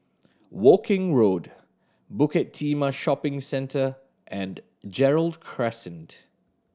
Woking Road Bukit Timah Shopping Centre and Gerald Crescent